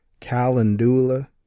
Calendula